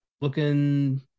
looking